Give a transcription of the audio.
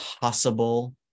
possible